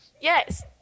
Yes